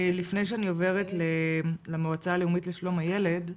לפני שאני עוברת למועצה הלאומית לשלום הילד,